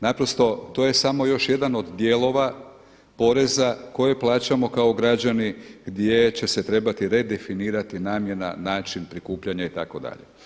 Naprosto to je samo još jedan od dijelova poreza koje plaćamo kao građani gdje će se trebati redefinirati namjena način prikupljanja itd.